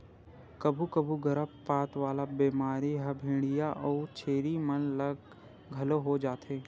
कभू कभू गरभपात वाला बेमारी ह भेंड़िया अउ छेरी मन ल घलो हो जाथे